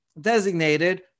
designated